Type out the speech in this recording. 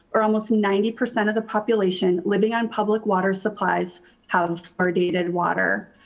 or almost ninety percent of the population living on public water supplies have fluoridated water.